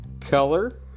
Color